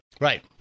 Right